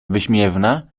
wyśmiewna